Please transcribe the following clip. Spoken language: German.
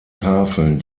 tafeln